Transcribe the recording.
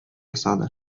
ясады